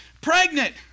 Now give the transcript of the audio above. pregnant